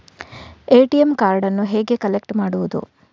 ATM ಕಾರ್ಡನ್ನು ಹೇಗೆ collect ಮಾಡುವುದು?